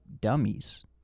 dummies